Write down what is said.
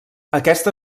aquesta